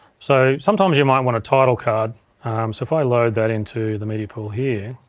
so, sometimes you might want a title card so if i load that into the media pool here.